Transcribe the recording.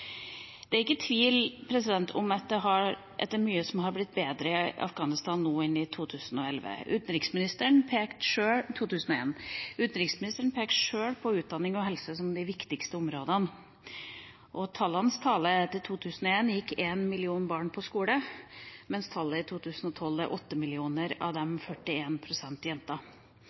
Det er ikke tvil om at det er mye som er blitt bedre i Afghanistan nå enn det var i 2001. Utenriksministeren pekte sjøl på utdanning og helse som de viktigste områdene, og tallenes tale er at i 2001 gikk én million barn på skole, mens tallet i 2008 er åtte millioner – av dem 41 pst. jenter.